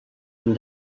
amb